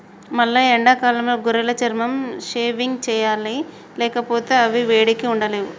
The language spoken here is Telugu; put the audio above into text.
మల్లయ్య ఎండాకాలంలో గొర్రెల చర్మం షేవింగ్ సెయ్యాలి లేకపోతే అవి వేడికి ఉండలేవు